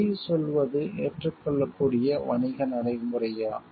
பொய் சொல்வது ஏற்றுக்கொள்ளக்கூடிய வணிக நடைமுறையா